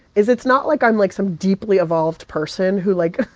is it's not like i'm, like, some deeply evolved person who, like,